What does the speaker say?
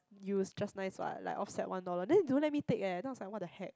use just nice what like offset one dollar then don't let me take eh then I was like what-the-heck